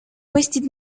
wasted